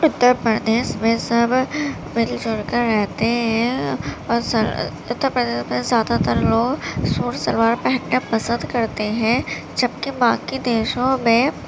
اتر پردیش میں سب مل جل کر رہتے ہیں اور سر اتر پردیش میں زیادہ تر لوگ سوٹ سلوار پہننا پسند کرتے ہیں جبکہ باقی دیشوں میں